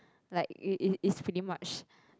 like it it it's pretty much